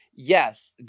Yes